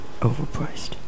overpriced